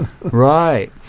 Right